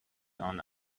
gone